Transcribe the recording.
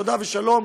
תודה ושלום.